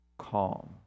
calm